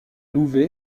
louvet